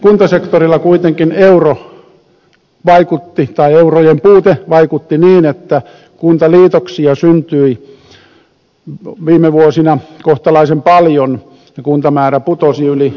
kuntasektorilla kuitenkin euro vaikutti tai eurojen puute vaikutti niin että kuntaliitoksia syntyi viime vuosina kohtalaisen paljon ja kuntamäärä putosi yli sadalla